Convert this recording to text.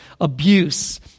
abuse